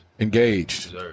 Engaged